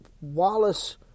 Wallace